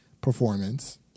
performance